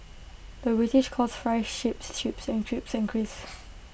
the British calls fries ships and Chips Crisps